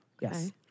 Yes